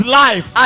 life